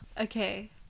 okay